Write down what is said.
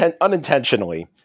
unintentionally